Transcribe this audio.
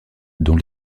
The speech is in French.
dont